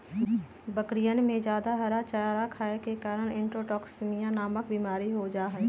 बकरियन में जादा हरा चारा खाये के कारण इंट्रोटॉक्सिमिया नामक बिमारी हो जाहई